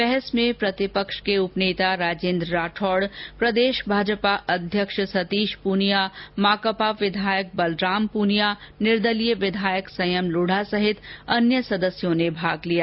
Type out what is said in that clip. बहस में प्रतिपक्ष के उपनेता राजेंद्र राठौड प्रदेश भाजपा अध्यक्ष सतीश पुनिया माकपा विधायक बलराम पुनिया निदर्लीय विधायक संयम लोढा सहित अन्य सदस्यों ने भाग लिया